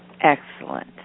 Excellent